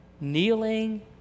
kneeling